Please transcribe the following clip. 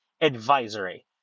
advisory